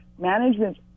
management